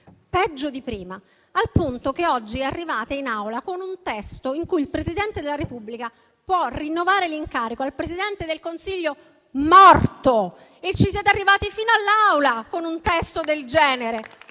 peggio di prima, al punto che oggi è arrivato in Aula un testo in cui si dice che il Presidente della Repubblica può rinnovare l'incarico al Presidente del Consiglio morto. Ci siete arrivati fino all'Aula con un testo del genere,